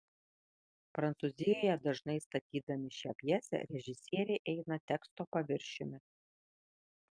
prancūzijoje dažnai statydami šią pjesę režisieriai eina teksto paviršiumi